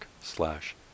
slash